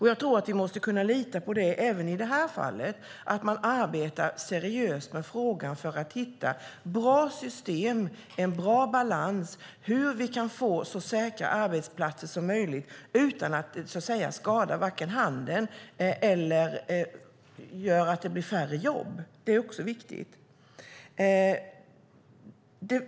Jag tror att vi även i det här fallet måste kunna lita på att man arbetar seriöst med frågan för att hitta ett bra system, en bra balans så att vi kan få så säkra arbetsplatser som möjligt utan att det vare sig skadar handeln eller gör att det blir färre jobb. Det är också viktigt.